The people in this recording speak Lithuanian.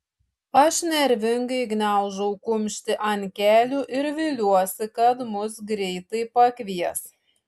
aš nervingai gniaužau kumštį ant kelių ir viliuosi kad mus greitai pakvies